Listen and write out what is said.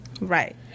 Right